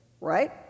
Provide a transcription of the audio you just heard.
right